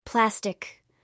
Plastic